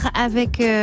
avec